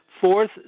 Fourth